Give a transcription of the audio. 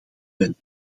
ben